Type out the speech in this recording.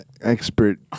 Expert